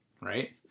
Right